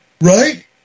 right